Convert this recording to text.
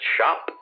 Shop